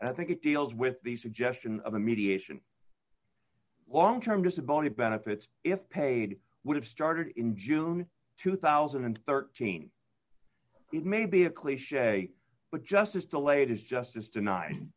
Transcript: and i think it deals with the suggestion of a mediation long term disability benefits if paid would have started in june two thousand and thirteen it may be a cliche but justice delayed is justice den